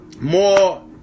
more